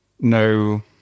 no